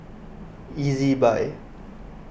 Ezbuy